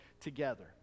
together